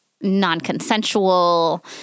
non-consensual